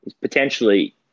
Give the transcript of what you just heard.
Potentially